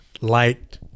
light